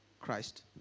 christ